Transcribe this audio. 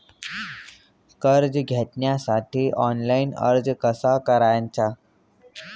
कर्ज घेण्यासाठी ऑनलाइन अर्ज कसा करायचा?